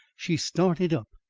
she started up,